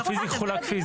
זה אפילו חולק פיזית.